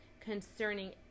concerning